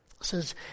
says